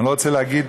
אני לא רוצה להגיד,